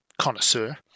Connoisseur